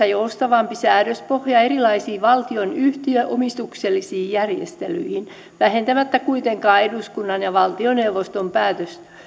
joustavampi säädöspohja erilaisiin valtion yhtiöomistuksellisiin järjestelyihin vähentämättä kuitenkaan eduskunnan ja valtioneuvoston